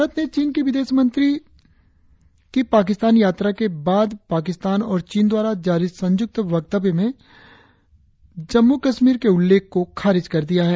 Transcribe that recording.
भारत ने चीन की विदेश मंत्री की पाकिस्तान यात्रा के बाद पाकिस्तान और चीन द्वारा जारी संयुक्त वक्तव्य में जम्मू कश्मीर के उल्लेख को खारिज कर दिया है